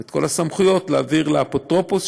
ואת כל הסמכויות לאפוטרופוס,